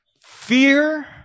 fear